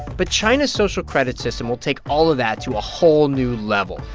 but china's social credit system will take all of that to a whole new level.